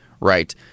Right